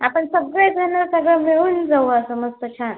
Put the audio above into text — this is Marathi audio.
आपण सगळे जणं सगळे मिळून जाऊ असं मस्त छान